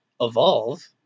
evolve